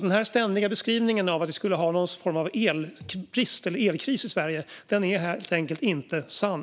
Den ständiga beskrivningen att vi skulle ha någon form av elbrist eller elkris i Sverige är helt enkelt inte sann.